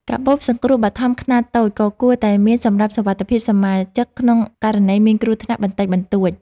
កាបូបសង្គ្រោះបឋមខ្នាតតូច ក៏គួរតែមានសម្រាប់សុវត្ថិភាពសមាជិកក្នុងករណីមានគ្រោះថ្នាក់បន្តិចបន្តួច។